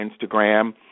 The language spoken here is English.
Instagram